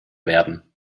werden